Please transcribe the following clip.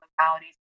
localities